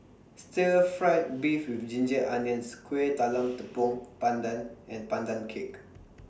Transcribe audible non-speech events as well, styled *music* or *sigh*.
Stir Fried Beef with Ginger Onions Kueh Talam Tepong Pandan and Pandan Cake *noise*